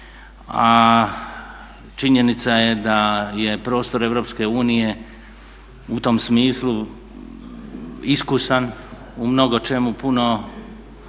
a činjenica je da je prostor EU u tom smislu iskusan u mnogočemu, puno